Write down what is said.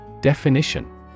Definition